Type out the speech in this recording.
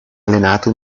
allenato